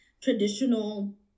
traditional